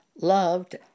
loved